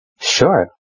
sure